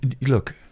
look